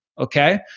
okay